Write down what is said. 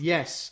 Yes